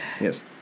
Yes